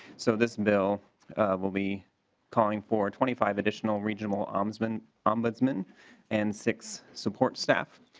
so this bill will be calling for twenty five additional regional ombudsman ombudsman and six support staff